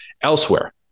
Elsewhere